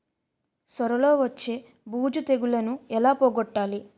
సొర లో వచ్చే బూజు తెగులని ఏల పోగొట్టాలి?